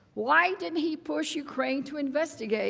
why did he push ukraine to investigate